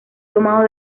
tomado